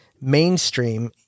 mainstream